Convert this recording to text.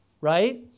right